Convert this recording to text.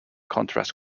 contrast